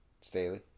Staley